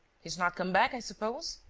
he's not come back, i suppose?